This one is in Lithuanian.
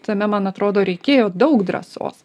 tame man atrodo reikėjo daug drąsos